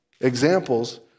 examples